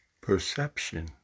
Perception